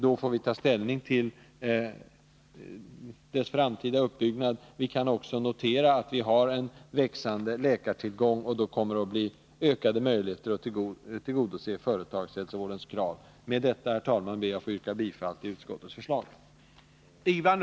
Då får vi ta ställning till företagshälsovårdens framtida uppbyggnad. Vi kan också notera att vi har en växande läkartillgång, och det kommer alltså att bli ökade möjligheter att tillgodose företagshälsovårdens krav. Med detta, herr talman, ber jag att få yrka bifall till utskottets hemställan.